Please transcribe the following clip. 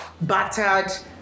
battered